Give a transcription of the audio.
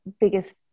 biggest